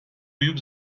büyük